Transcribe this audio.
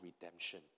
redemption